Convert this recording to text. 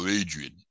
adrian